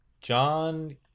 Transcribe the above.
John